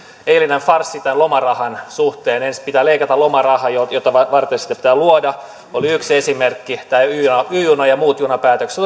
eilinen farssi tämän lomarahan suhteen ensin pitää leikata lomaraha mitä varten se pitää luoda oli yksi esimerkki tämä y juna ja muut junapäätökset